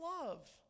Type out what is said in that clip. love